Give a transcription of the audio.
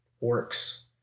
works